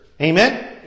Amen